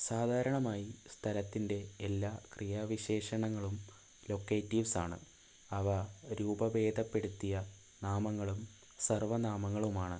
സാധാരണമായി സ്ഥലത്തിൻ്റെ എല്ലാ ക്രിയാ വിശേഷണങ്ങളും ലൊക്കേറ്റീവ്സ് ആണ് അവ രൂപ ഭേദപ്പെടുത്തിയ നാമങ്ങളും സർവ്വനാമങ്ങളുമാണ്